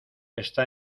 está